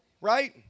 Right